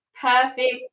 perfect